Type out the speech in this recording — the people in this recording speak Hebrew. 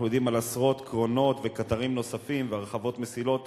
אנחנו יודעים על עשרות קרונות וקטרים נוספים והרחבות מסילות